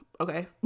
Okay